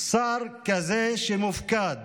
שר כזה שמופקד